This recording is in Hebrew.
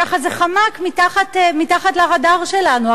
ככה זה חמק מתחת לרדאר שלנו,